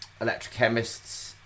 electrochemists